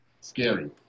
scary